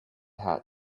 hat